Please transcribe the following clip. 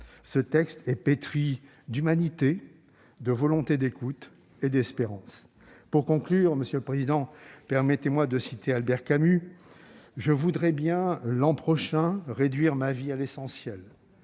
ce texte est pétri d'humanité, de volonté d'écoute et d'espérance. Pour conclure, mon cher collègue, permettez-moi de citer Albert Camus :« Je voudrais bien l'an prochain réduire ma vie à l'essentiel,